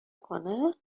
کنه